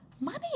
money